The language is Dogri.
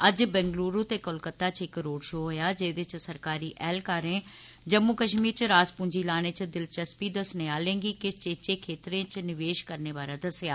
अज्ज बैंगलुरु ते कोलकत्ता च इक रोड़ शो होएया जेहदे च सरकारी ऐहलकारें जम्मू कश्मीर च रास पूंजी लाने च दिलचस्पी दस्सने आलें गी किश चेचे खेतरें च निवेश करने बारै दस्सेआ